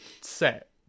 set